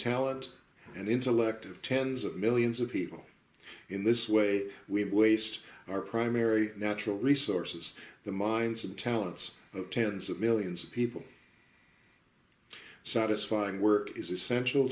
talent and intellect of tens of millions of people in this way we have waste our primary natural resources the minds and talents of tens of millions of people satisfying work is essential